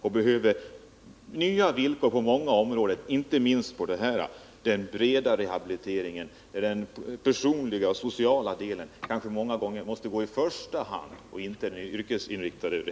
Vad den gruppen skulle behöva är bättre villkor på många områden, inte minst när det gäller den breda rehabiliteringen, där den sociala och personliga rehabiliteringen många gånger måste sättas före den yrkesinriktade.